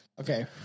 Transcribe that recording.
Okay